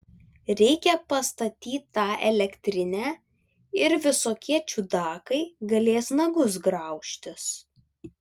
reikia pastatyt tą elektrinę ir visokie čiudakai galės nagus graužtis